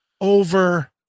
over